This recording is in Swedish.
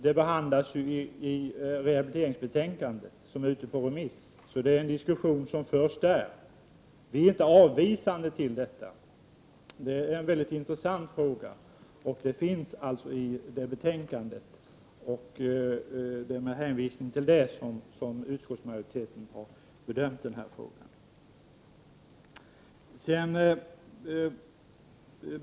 Denna behandlas i rehabiliteringsbetänkandet, som är ute på remiss, så det förs en diskussion där. Vi är inte avvisande härvidlag. Frågan är väldigt intressant, och den behandlas som sagt i det nämnda betänkandet. Det är med hänvisning till detta som utskottsmajoriteten har bedömt frågan.